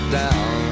down